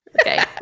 Okay